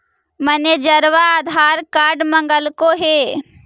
मैनेजरवा आधार कार्ड मगलके हे?